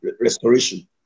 restoration